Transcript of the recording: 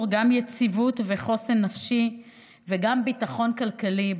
גם יציבות וחוסן נפשי וגם ביטחון כלכלי.